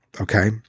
Okay